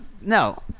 no